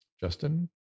Justin